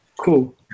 cool